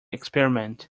experiment